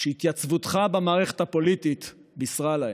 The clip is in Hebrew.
שהתייצבותך במערכת הפוליטית בישרה להם.